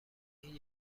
این